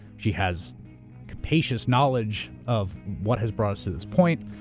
she has capacious knowledge of what has brought us to this point.